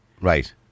Right